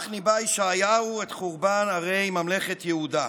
כך ניבא ישעיהו את חורבן ערי ממלכת יהודה.